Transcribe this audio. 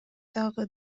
дагы